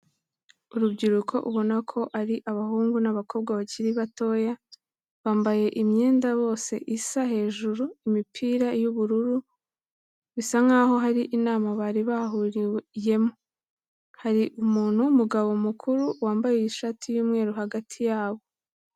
Urubyiruko ubona ko ari abahungu n'abakobwa bakiri batoya, bambaye imyenda bose isa hejuru, imipira y'ubururu, bisa nkaho hari inama bari bahuriyemo. Hari umuntu w'umugabo mukuru wambaye ishati y'umweru hagati yabo.